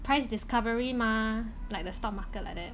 price discovery mah like the stock market like that